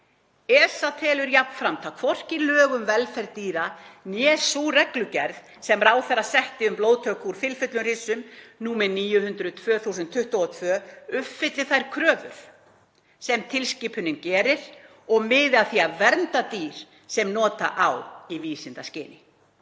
ESA telur jafnframt að hvorki lög um velferð dýra né sú reglugerð sem ráðherra setti um blóðtöku úr fylfullum hryssum, nr. 900/2022, uppfylli þær kröfur sem tilskipunin gerir og miði að því að vernda dýr sem nota á í vísindaskyni.